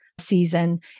season